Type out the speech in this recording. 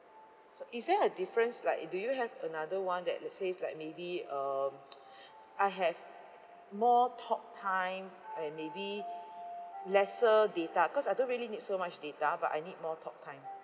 so is there a differents like do you have another one that let says like maybe um I have more talktime and maybe lesser data cause I don't really need so much data but I need more talktime